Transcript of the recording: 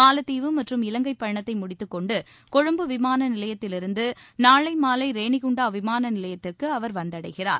மாலத்தீவு மற்றும் இலங்கை பயணத்தை முடித்துக்கொண்டு கொழும்பு விமான நிலையத்திலிருந்து நாளை மாலை ரேணிகுண்டா விமான நிலையத்திற்கு அவர் வந்தடைகிறார்